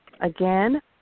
Again